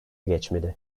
geçmedi